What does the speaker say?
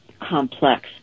complex